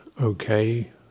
okay